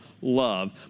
love